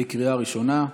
בקריאה ראשונה.